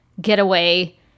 getaway